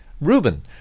Reuben